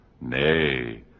Nay